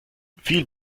viel